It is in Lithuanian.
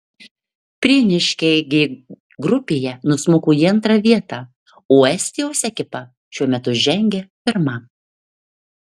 prieniškiai g grupėje nusmuko į antrą vietą o estijos ekipa šiuo metu žengia pirma